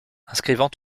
inscrivant